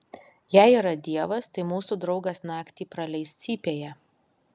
jei yra dievas tai mūsų draugas naktį praleis cypėje